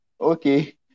Okay